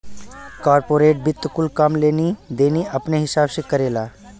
corporate वित्त कुल काम लेनी देनी अपने हिसाब से करेला